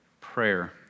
prayer